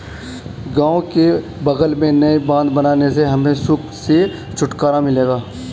गांव के बगल में नई बांध बनने से हमें सूखे से छुटकारा मिलेगा